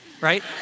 right